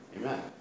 amen